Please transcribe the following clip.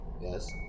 Yes